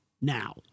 now